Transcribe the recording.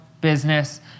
business